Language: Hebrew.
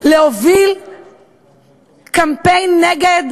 להוביל קמפיין נגד